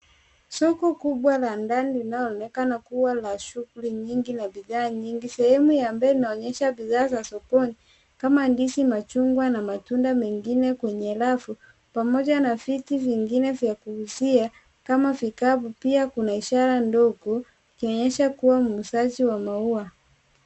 Soko kubwa la ndani linaloonekana kua ya shughuli nyingi na bidhaa nyingi sehemu ya mbele inaonyesha bidhaa za sokoni kama ndizi, machungwa na matunda mengine kwenye rafu pamoja na vitu vingine vya kuhusia kama vikapu pia kuna ishara ndogo ikionyesha kua muuzaji wa maua.